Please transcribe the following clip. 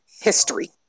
history